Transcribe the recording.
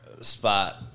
spot